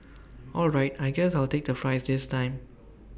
all right I guess I'll take the fries this time